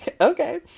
okay